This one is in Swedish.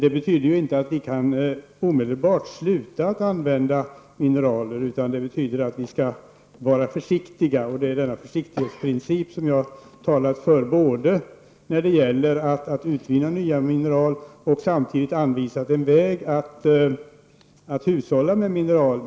Det betyder ju inte att vi omedelbart skall sluta att använda mineraler, utan att vi bör vara försiktiga. Det är denna försiktighetsprincip som jag har talat för när det gäller att utvinna ny mineral. Jag har samtidigt anvisat en väg att hushålla med mineral.